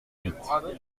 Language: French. huit